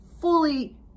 fully